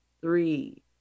three